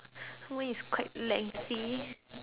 mine is quite lengthy